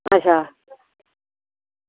अच्छा